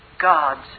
God's